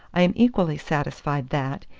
i am equally satisfied that,